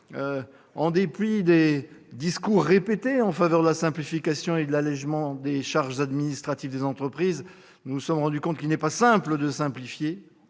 En dépit des discours répétés en faveur de la simplification et de l'allégement des charges administratives des entreprises, nous nous sommes rendu compte qu'il n'est pas simple de simplifier,